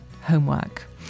homework